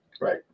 Right